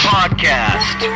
Podcast